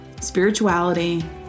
spirituality